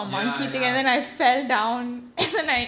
ya ya oh ya